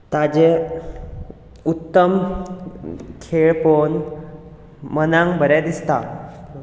ताचें उत्तम खेळ पळोवन मनाक बरें दिसता